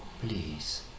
please